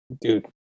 Dude